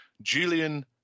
Julian